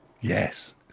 Yes